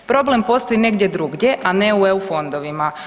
Problem postoji negdje drugdje, a ne u EU fondovima.